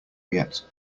yet